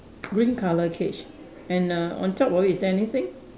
green colour cage and err on top of it is there anything